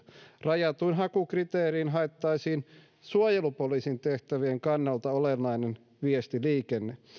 rajatuin hakukriteerein haettaisiin suojelupoliisin tehtävien kannalta olennainen viestiliikenne